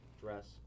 dress